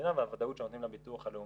המדינה והוודאות שנותנים לביטוח הלאומי,